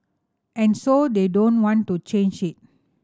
and so they don't want to change it